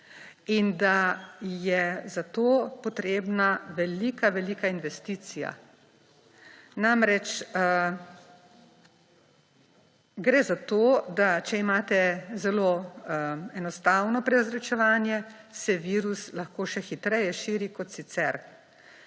in da je za to potrebna velika, velika investicija. Namreč, gre za to, da če imate zelo enostavno prezračevanje, se virus lahko še hitreje širi kot sicer.